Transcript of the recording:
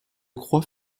croix